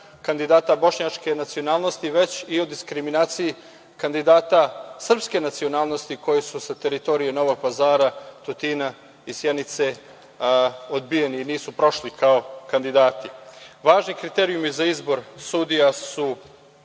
kandidata bošnjačke nacionalnosti, već i o diskriminaciji kandidata srpske nacionalnosti koji su sa teritorije Novog Pazara, Tutina i Sjenice odbijeni i nisu prošli kao kandidati. Važni kriterijumi za izbor sudija su,